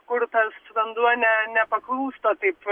kur tas vanduo ne nepaklūsta taip